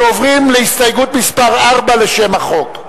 אנחנו עוברים להסתייגות מס' 4 לשם החוק.